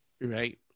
right